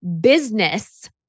business